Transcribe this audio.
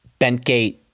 Bentgate